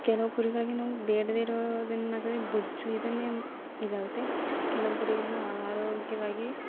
ಕೆಲವು ಕುರಿಗಳಿಗೆ ನಾವು ಬೇಡದೆಯಿರೋದನ್ನ ಹಾಕಿದ್ರೆ ಬೊಜ್ಜು ಇದನ್ನೇ ಇದಾಗುತ್ತೆ ಕೆಲವು ಕುರಿಗಳನ್ನು ಆರೋಗ್ಯವಾಗಿ